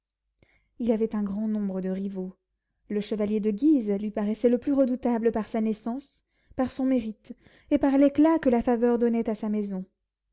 il avait un grand nombre de rivaux le chevalier de guise lui paraissait le plus redoutable par sa naissance par son mérite et par l'éclat que la faveur donnait à sa maison